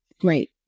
Great